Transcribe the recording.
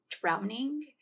drowning